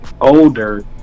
older